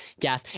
gas